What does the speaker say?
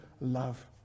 love